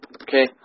Okay